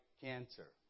cancer